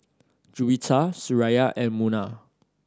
Juwita Suraya and Munah